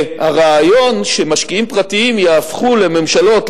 והרעיון שמשקיעים פרטיים יהפכו לממשלות,